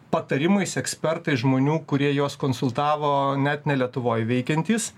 patarimais ekspertais žmonių kurie juos konsultavo net ne lietuvoj veikiantys